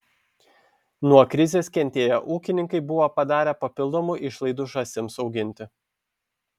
nuo krizės kentėję ūkininkai buvo padarę papildomų išlaidų žąsims auginti